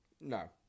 No